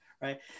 right